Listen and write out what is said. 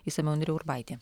išsamiau indrė urbaitė